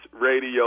radio